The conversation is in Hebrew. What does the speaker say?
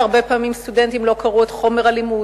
ההנחה היא שהרבה פעמים סטודנטים לא קוראים את חומר הלימוד.